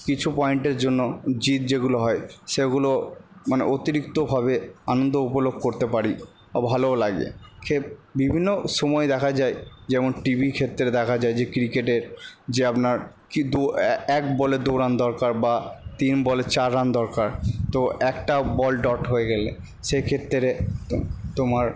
কিছু পয়েন্টের জন্য জিত যেগুলো হয় সেগুলো মানে অতিরিক্তভাবে আনন্দ করতে পারি ভালোও লাগে বিভিন্ন সময়ে দেখা যায় যেমন টিভির ক্ষেত্রে দেখা যায় যে ক্রিকেটে যে আপনার কি এক বলে দু রান দরকার বা তিন বলে চার রান দরকার তো একটা বল ডট হয়ে গেলে সেক্ষেত্রে তোমার